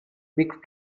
brick